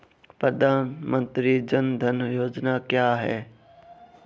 प्रधानमंत्री जन धन योजना क्या है?